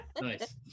nice